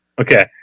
okay